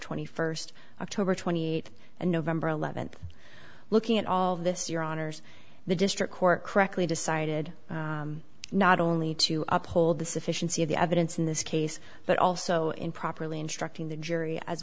twenty first october twenty eighth and november eleventh looking at all of this your honour's the district court correctly decided not only to uphold the sufficiency of the evidence in this case but also improperly instructing the jury as